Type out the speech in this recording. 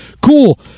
cool